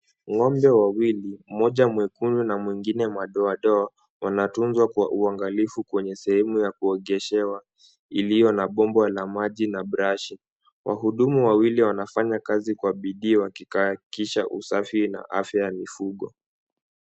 Ng'ombe wawili mmoja mwekundu na mwingine madoadoa ,wanatunzwa kwa uangalifu kwenye sehemu ya kuogeshewa iliyo na bomba la maji na brashi, wahudumu wawili wanafanya kazi kwa bidii wakihakikisha usafi na afya ya mifugo.